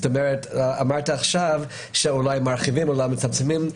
אמרת עכשיו שאולי מרחיבים, אולי מצמצמים.